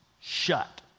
shut